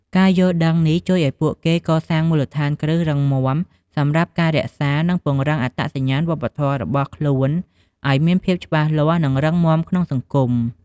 ការយល់ដឹងនេះជួយឱ្យពួកគេកសាងមូលដ្ឋានគ្រឹះរឹងមាំ សម្រាប់ការរក្សា និងពង្រឹងអត្តសញ្ញាណវប្បធម៌របស់ខ្លួនឲ្យមានភាពច្បាស់លាស់ និងរឹងមាំក្នុងសង្គម។